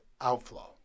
outflow